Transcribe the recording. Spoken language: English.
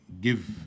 give